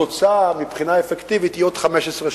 התוצאה מבחינה אפקטיבית היא עוד 15,